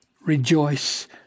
rejoice